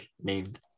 named